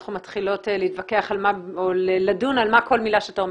אנחנו מתחילות להתווכח או לדון על מה כל מילה שאתה אומר.